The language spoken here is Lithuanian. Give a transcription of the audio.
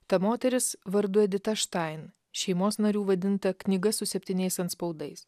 ta moteris vardu edita štain šeimos narių vadinta knyga su septyniais antspaudais